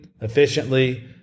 efficiently